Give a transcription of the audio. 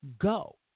go